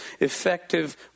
effective